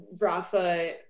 Rafa